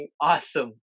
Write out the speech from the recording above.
awesome